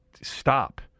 stop